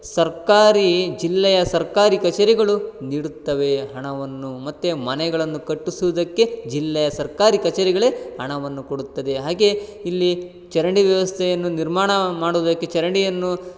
ಸರ್ಕಾರಿ ಜಿಲ್ಲೆಯ ಸರ್ಕಾರಿ ಕಚೇರಿಗಳು ನೀಡುತ್ತವೆ ಹಣವನ್ನು ಮತ್ತು ಮನೆಗಳನ್ನು ಕಟ್ಟಿಸುವುದಕ್ಕೆ ಜಿಲ್ಲೆಯ ಸರ್ಕಾರಿ ಕಚೇರಿಗಳೇ ಹಣವನ್ನು ಕೊಡುತ್ತದೆ ಹಾಗೇ ಇಲ್ಲಿ ಚರಂಡಿ ವ್ಯವಸ್ಥೆಯನ್ನು ನಿರ್ಮಾಣ ಮಾಡುವುದಕ್ಕೆ ಚರಂಡಿಯನ್ನು